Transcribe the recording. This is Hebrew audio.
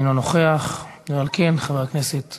אני חושב